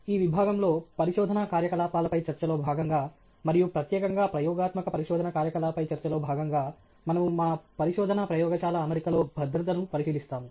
ఈ విభాగంలో పరిశోధనా కార్యకలాపాలపై చర్చలో భాగంగా మరియు ప్రత్యేకంగా ప్రయోగాత్మక పరిశోధన కార్యకలాపాలపై చర్చలో భాగంగా మనము మా పరిశోధనా ప్రయోగశాల అమరికలో భద్రతను పరిశీలిస్తాము